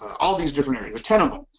all these different areas, ten of them,